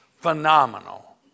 Phenomenal